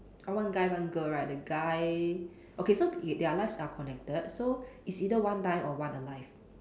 uh one guy one girl right the guy okay so y~ their lives are connected so it's either one die or one alive